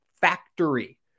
factory